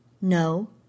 No